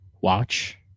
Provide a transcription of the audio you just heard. watch